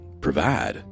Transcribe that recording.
provide